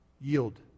yield